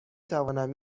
توانم